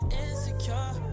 insecure